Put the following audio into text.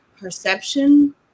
perception